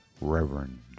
Reverend